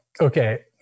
okay